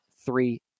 three